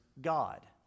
God